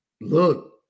Look